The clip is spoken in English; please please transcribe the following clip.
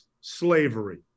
slavery